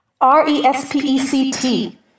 R-E-S-P-E-C-T